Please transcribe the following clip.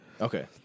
Okay